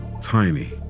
Tiny